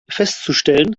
festzustellen